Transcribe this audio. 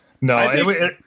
No